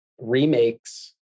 remakes